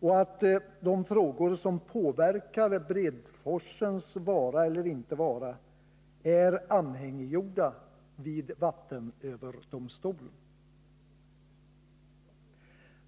och att de frågor som påverkar Bredforsens vara eller inte vara är anhängiggjorda vid vattenöverdomstolen.